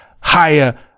higher